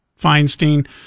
Feinstein